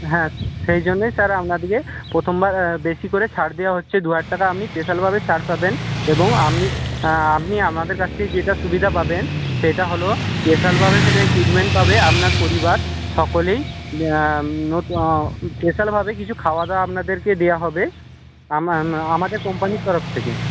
হ্যাঁ সেই জন্যই স্যার আপনাদেরকে প্রথমবার বেশি করে ছাড় দেওয়া হচ্ছে দুহাজার টাকা আপনি স্পেশালভাবে ছাড় পাবেন এবং আপনি আপনি আমাদের কাছ থেকে যেটা সুবিধা পাবেন সেটা হলো স্পেশালভাবে সেখানে ট্রিটমেন্ট পাবে আপনার পরিবার সকলেই স্পেশালভাবে কিছু খাওয়াদাওয়া আপনাদেরকে দেওয়া হবে আমাদের কোম্পানির তরফ থেকে